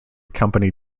company